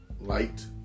light